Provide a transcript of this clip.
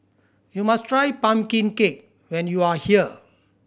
you must try pumpkin cake when you are here